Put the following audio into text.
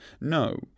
No